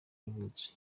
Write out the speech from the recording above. yavutse